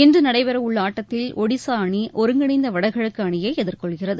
இன்று நடைபெறவுள்ள ஆட்டத்தில் ஒடிசா அணி ஒருங்கிணைந்த வடகிழக்கு அணியை எதிர்கொள்கிறது